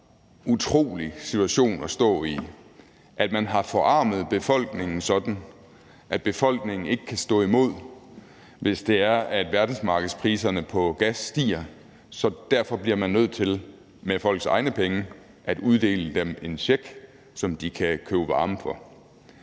Det er en ret utrolig situation at stå i, at man har forarmet befolkningen sådan, at befolkningen ikke kan stå imod, hvis det er, at verdensmarkedspriserne på gas stiger, så man derfor bliver nødt til med folks egne penge at uddele dem en check, som de kan købe varme for.